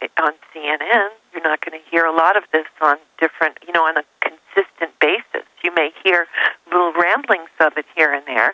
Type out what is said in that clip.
it on c n n you're not going to hear a lot of this on different you know on a consistent basis if you make your little rambling a bit here and there